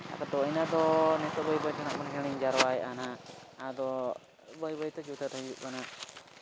ᱟᱫᱚ ᱤᱱᱟᱹ ᱫᱚ ᱵᱟᱹᱭ ᱵᱟᱹᱭ ᱛᱮᱵᱚᱱ ᱦᱤᱲᱤᱧ ᱡᱟᱨᱣᱟᱭᱮᱫᱟ ᱱᱟᱜ ᱟᱫᱚ ᱵᱟᱹᱭ ᱵᱟᱹᱭᱛᱮ ᱧᱩᱛᱟᱹᱛ ᱦᱤᱡᱩᱜ ᱠᱟᱱᱟ